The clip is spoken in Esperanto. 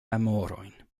memorojn